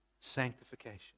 Sanctification